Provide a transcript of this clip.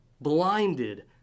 blinded